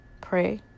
pray